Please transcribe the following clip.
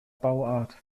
bauart